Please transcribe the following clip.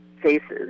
faces